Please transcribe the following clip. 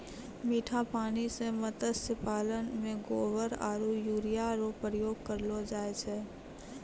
मीठा पानी मे मत्स्य पालन मे गोबर आरु यूरिया रो प्रयोग करलो जाय छै